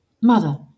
Mother